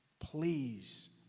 Please